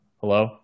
Hello